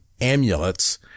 amulets